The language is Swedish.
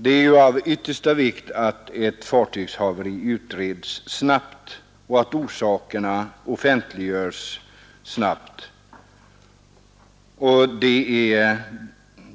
Det är ju av yttersta vikt att ett fartygshaveri utredes snabbt och att orsakerna offentliggöres snabbt, och det